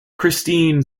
christine